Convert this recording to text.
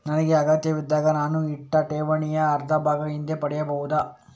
ನನಗೆ ಅಗತ್ಯವಿದ್ದಾಗ ನಾನು ಇಟ್ಟ ಠೇವಣಿಯ ಅರ್ಧಭಾಗ ಹಿಂದೆ ಪಡೆಯಬಹುದಾ?